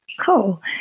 Cool